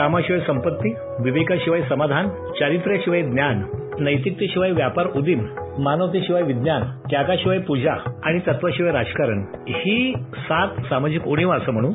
कामाशिवाय संपत्ती विवेकाशिवाय समाधान चारित्र्याशिवाय ज्ञान नैतिकतेशिवाय व्यापार मानवतेशिवाय विज्ञान त्यागाशिवाय पूजा आणि तत्वाशिवाय राजकारण ही सात सामाजिक उणिवा असं म्हणू